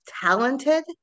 talented